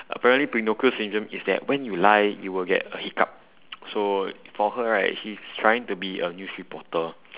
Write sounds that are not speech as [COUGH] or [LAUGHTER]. apparently pinocchio syndrome is that when you lie you will get a hiccup [NOISE] so for her right she's trying to be a news reporter